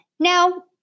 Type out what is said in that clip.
Now